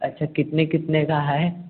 अच्छा कितने कितने का है